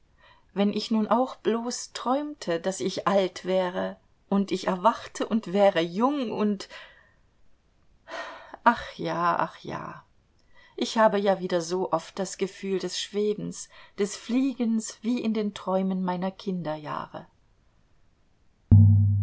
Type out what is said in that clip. wenn ich nun auch bloß träumte daß ich alt wäre und ich erwachte und wäre jung und ach ja ach ja ich habe ja wieder so oft das gefühl des schwebens des fliegens wie in den träumen meiner